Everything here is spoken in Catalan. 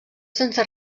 sense